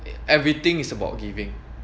everything is about giving